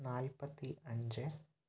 നാൽപ്പത്തി അഞ്ച്